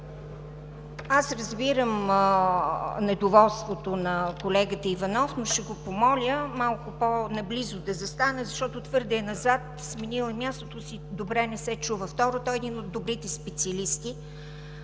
Аз разбирам недоволството на колегата Иванов, но ще го помоля малко по наблизо да застане, защото е твърде назад, сменил е мястото си и не се чува добре. Второ, той е един от добрите специалисти